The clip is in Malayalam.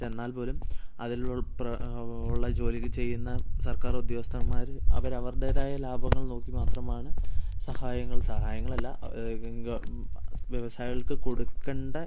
പക്ഷേ എന്നാൽ പോലും അതിൽ ഉൽപ്ര ഉള്ള ജോലി ചെയുന്ന സർക്കാർ ഉദ്യോഗസ്ഥന്മാർ അവർ അവരുടേതായ ലാഭങ്ങൾ നോക്കി മാത്രമാണ് സഹായങ്ങൾ സഹായങ്ങളല്ല വ്യവസായികൾക്ക് കൊടുക്കെണ്ടത്